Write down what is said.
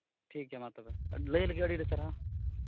ᱴᱷᱤᱠᱜᱮᱭᱟ ᱢᱟ ᱛᱚᱵᱮ ᱞᱟᱹᱭ ᱞᱟᱹᱜᱤᱫ ᱟᱹᱰᱤ ᱟᱹᱰᱤ ᱥᱟᱨᱦᱟᱣ